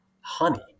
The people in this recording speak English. honey